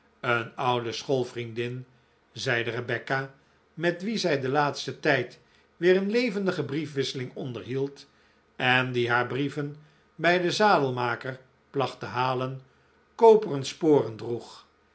een oude schoolvriendin zeide rebecca met wie zij den laatsten tijd weer een levendige brief wisseling onderhield en die haar brieven bij den zadelmaker placht te halen koperen sporen droeg